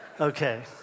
okay